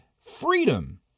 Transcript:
freedom